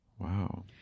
Wow